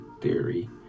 theory